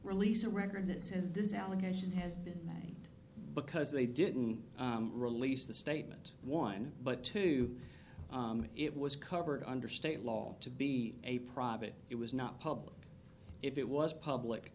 release a record that says this allegation has been that because they didn't release the statement one but to me it was covered under state law to be a private it was not public if it was public